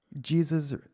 Jesus